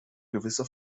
gewisse